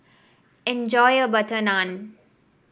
enjoy your butter naan